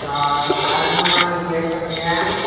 யாருங்கம்மா நீங்க பேசுறீங்க